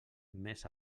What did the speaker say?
més